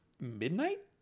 midnight